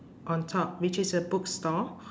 on top which is a bookstore